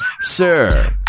Sir